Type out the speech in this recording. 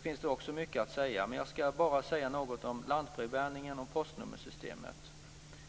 finns det mycket att säga, men jag ska bara säga något om lantbrevbäringen och postnummersystemet.